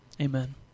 Amen